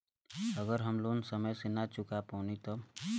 अगर हम लोन समय से ना चुका पैनी तब?